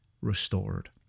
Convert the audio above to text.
restored